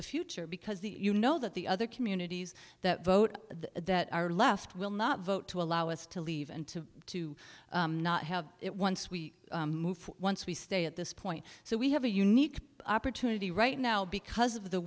the future because you know that the other communities that vote that are left will not vote to allow us to leave and to to not have it once we move once we stay at this point so we have a unique opportunity right now because of the